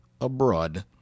Abroad